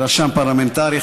רשם פרלמנטרי,